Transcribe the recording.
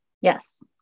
Yes